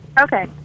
Okay